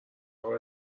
اقا